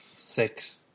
six